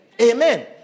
Amen